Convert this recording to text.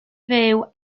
fyw